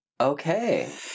Okay